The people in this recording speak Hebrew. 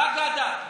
בגדה.